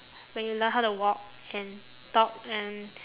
when you learn how to walk and talk and